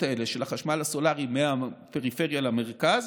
האלה של החשמל הסולרי מהפריפריה למרכז.